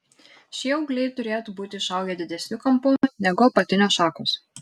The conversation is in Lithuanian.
šie ūgliai turėtų būti išaugę didesniu kampu negu apatinės šakos